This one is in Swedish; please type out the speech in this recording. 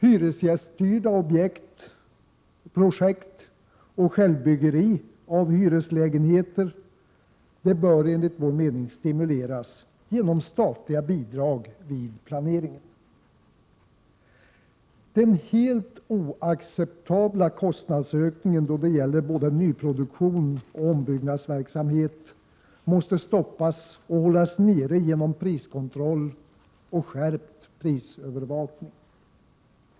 Hyresgäststyrda projekt och självbyggeri av hyreslägenheter bör stimuleras genom statliga bidrag vid planeringen. Den helt oacceptabla kostnadsökningen då det gäller både nyproduktion och ombyggnadsverksamhet måste stoppas och hållas nere genom priskontroll och skärpt prisövervakning.